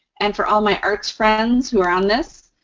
and for all my arts friends who are on this,